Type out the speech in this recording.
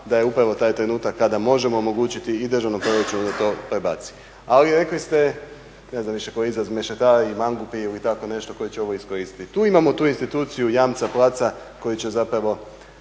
da je upravo taj trenutak kada možemo omogućiti i državnom proračunu da to prebaci. Ali rekli ste, ne znam više koji izraz, mešetari, mangupi ili tako nešto koji će ovo iskoristiti. Tu imamo tu instituciju jamca placa koji će zapravo,